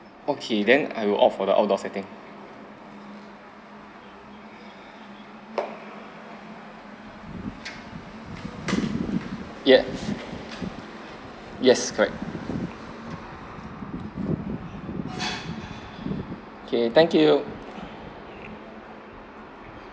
okay then I will opt for the outdoor setting yes yes correct okay thank you